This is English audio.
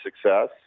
success